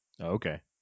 Okay